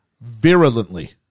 Virulently